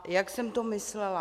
Jak jsem to myslela?